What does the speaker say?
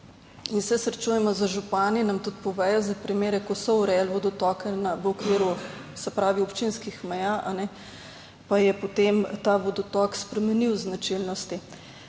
in se srečujemo z župani nam tudi povedo za primere, ko so urejali vodotoke v okviru, se pravi občinskih meja, pa je potem ta vodotok spremenil značilnosti.